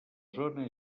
zona